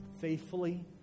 faithfully